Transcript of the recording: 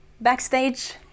backstage